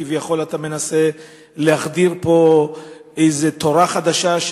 כביכול אתה מנסה להחדיר פה איזו תורה חדשה,